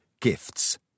gifts